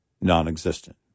non-existent